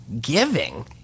giving